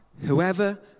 Whoever